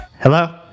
Hello